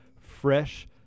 fresh